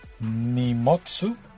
Nimotsu